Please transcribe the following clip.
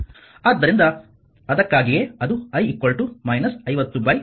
ಆದ್ದರಿಂದ ಅದಕ್ಕಾಗಿಯೇ ಅದು i 5025 ಅಂದರೆ 2 ಆಂಪಿಯರ್ ಸರಿ